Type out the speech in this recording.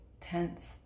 tense